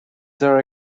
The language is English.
there